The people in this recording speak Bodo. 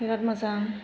बिराद मोजां